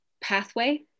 pathway